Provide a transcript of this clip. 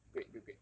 grade grade grade